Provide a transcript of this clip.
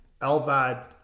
Elvad